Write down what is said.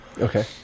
Okay